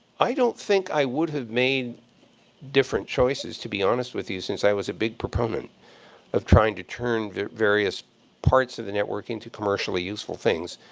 i don't think i would have made different choices, to be honest with you, since i was a big proponent of trying to turn various parts of the network into commercially useful things.